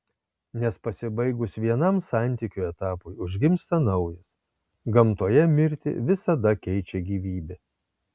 nes pasibaigus vienam santykių etapui užgimsta naujas gamtoje mirtį visada keičia gyvybė